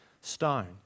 stone